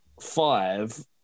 five